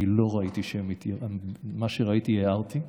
אני לא ראיתי, מה שראיתי, הערתי,